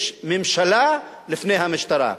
יש ממשלה לפני המשטרה.